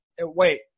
wait